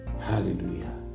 Hallelujah